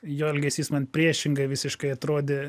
jo elgesys man priešingai visiškai atrodė